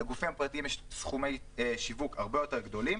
לגופים הפרטיים יש סכומי שיווק הרבה יותר גדולים,